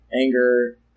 anger